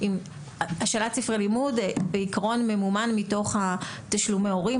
השאלת ספרי לימוד בעיקרון ממומן מתוך תשלומי ההורים,